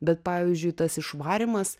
bet pavyzdžiui tas išvarymas